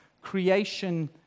creation